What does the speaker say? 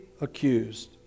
accused